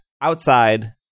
outside